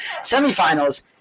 Semifinals